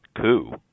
coup